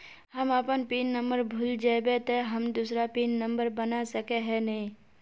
हम अपन pin number भूल जयबे ते हम दूसरा पिन नंबर बना सके है नय?